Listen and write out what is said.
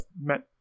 met